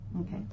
Okay